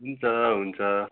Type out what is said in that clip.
हुन्छ हुन्छ